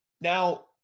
Now